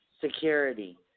security